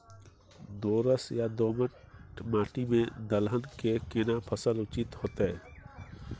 दोरस या दोमट माटी में दलहन के केना फसल उचित होतै?